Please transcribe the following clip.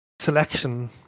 selection